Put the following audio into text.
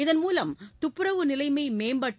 இதன்மூலம் தப்புரவு நிலைமை மேம்பட்டு